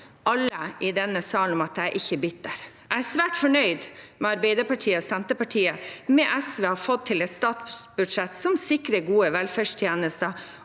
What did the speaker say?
alle i denne salen om at jeg ikke er bitter. Jeg er svært fornøyd med at Arbeiderpartiet og Senterpartiet – med SV – har fått til et statsbudsjett som sikrer gode velferdstjenester